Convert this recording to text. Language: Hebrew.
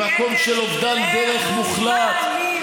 במקום של אובדן דרך מוחלט,